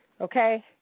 okay